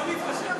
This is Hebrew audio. מה שנקרא.